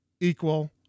equal